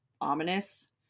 ominous